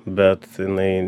bet jinai